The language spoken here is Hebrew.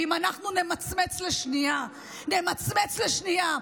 ואם אנחנו נמצמץ לשנייה, נמצמץ לשנייה,